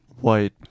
white